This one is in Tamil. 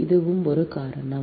இதுவும் ஒரு காரணம்